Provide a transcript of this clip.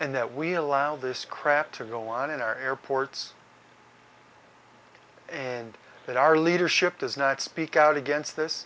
and that we allow this crap to go on in our airports and that our leadership does not speak out against this